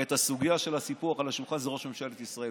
את הסוגיה של הסיפוח על השולחן זה ראש ממשלת ישראל.